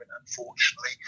unfortunately